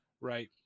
Right